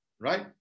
right